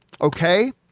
okay